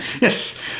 Yes